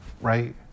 right